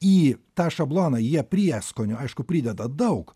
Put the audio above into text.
į tą šabloną jie prieskonių aišku prideda daug